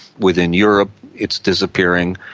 within europe it's disappearing.